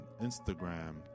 Instagram